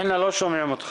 גם אני העליתי את הנושא הזה.